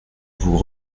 vous